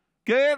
כן,